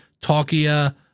Talkia